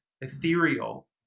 ethereal